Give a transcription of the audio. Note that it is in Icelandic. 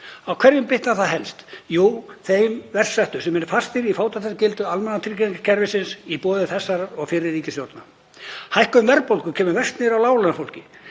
Á hverjum bitnar það helst? Jú, þeim verst settu sem eru fastir í fátæktargildru almannatryggingakerfisins í boði þessarar og fyrri ríkisstjórna. Hækkun verðbólgu kemur verst niður á láglaunafólki,